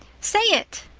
say it!